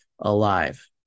alive